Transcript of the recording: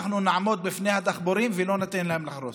אנחנו נעמוד בפני הדחפורים ולא ניתן להם להרוס.